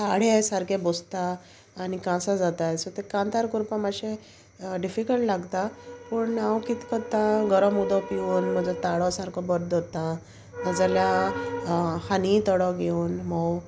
ताडयार सारके बोसता आनी कांसांर जाताय सो ते कांतार करपा मातशें डिफिकल्ट लागता पूण हांव कित करता गोरोम उदक पिवन म्हजो ताळो सारको बरो दवरता नाजाल्या हानी थोडो घेवन म्होव